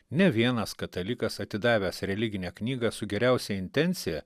ne vienas katalikas atidavęs religinę knygą su geriausia intencija